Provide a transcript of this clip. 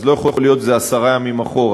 אז לא יכול להיות שזה עשרה ימים אחורה.